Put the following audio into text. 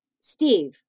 Steve